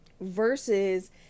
versus